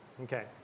Okay